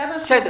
זאת עמדתו.